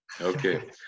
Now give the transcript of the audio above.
Okay